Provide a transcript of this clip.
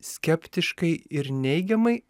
skeptiškai ir neigiamai